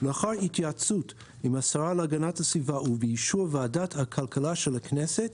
לאחר התייעצות עם השרה להגנת הסביבה ובאישור ועדת הכלכלה של הכנסת,